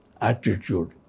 attitude